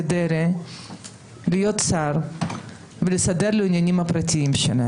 דרעי להיות שר ולסדר לו עניינים פרטיים.